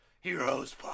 heroes